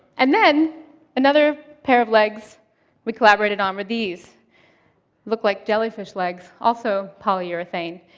and then another pair of legs we collaborated on were these look like jellyfish legs, also polyurethane.